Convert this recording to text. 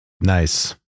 Nice